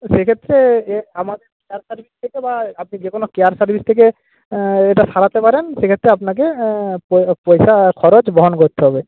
সে ক্ষেত্রে আমার কাছ থেকে বা আপনি যে কোনো কেয়ার সার্ভিস থেকে এটা সারাতে পারেন সে ক্ষেত্রে আপনাকে পয়সা পয়সা খরচ বহন করতে হবে